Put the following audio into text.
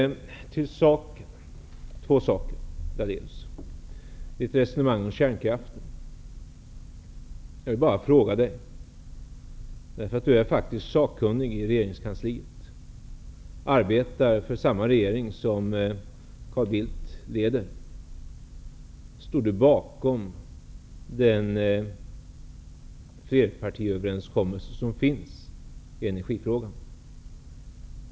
Lennart Daléus förde ett resonemang om kärnkraften. Lennart Daléus är sakkunnig i regeringskansliet och arbetar för samma regering som Carl Bildt leder. Står Lennart Daléus bakom flerpartiöverenskommelsen i energifrågan?